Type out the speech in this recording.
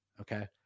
okay